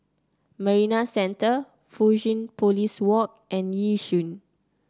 Marina Centre Fusionopolis Walk and Yishun